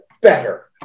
better